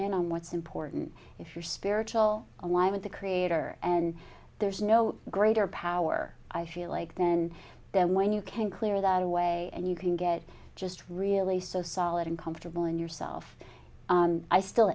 in on what's important if you're spiritual on why with the creator and there's no greater power i feel like then then when you can clear that away and you can get just really so solid and comfortable in yourself i still